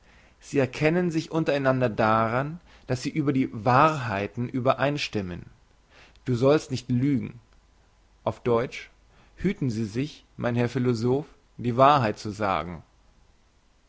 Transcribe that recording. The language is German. sie erkennen sich unter einander daran dass sie über die wahrheiten übereinstimmen du sollst nicht lügen auf deutsch hüten sie sich mein herr philosoph die wahrheit zu sagen